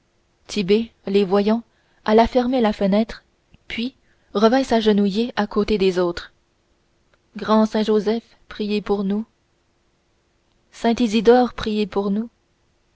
tit'bé les voyant alla fermer la fenêtre puis revint s'agenouiller à côté des autres grand saint joseph priez pour nous saint isidore priez pour nous